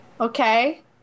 Okay